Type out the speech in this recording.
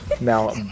Now